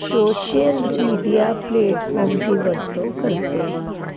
social media platform ਦੀ ਵਰਤੋਂ ਕਰਦੇ ਹਾਂ